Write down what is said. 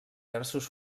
versos